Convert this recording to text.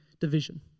division